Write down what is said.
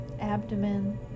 abdomen